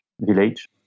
Village